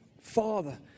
Father